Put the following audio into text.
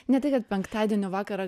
ne tai kad penktadienio vakarą